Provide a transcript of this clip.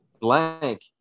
Blank